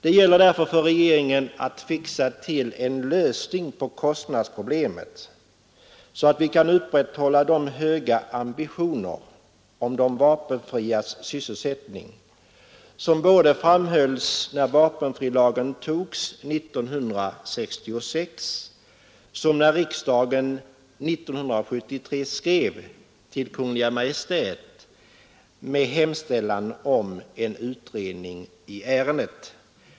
Det gäller därför för regeringen att fixa till en lösning på kostnadsproblemet så att vi kan upprätthålla de höga ambitioner om de vapenfrias sysselsättning som underströks både när vapenfrilagen antogs 1966 och när riksdagen 1973 skrev till Kungl. Maj:t med hemställan om en utredning i ärendet.